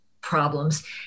problems